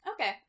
okay